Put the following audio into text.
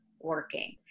working